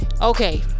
Okay